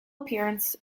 appearance